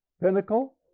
pinnacle